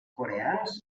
coreans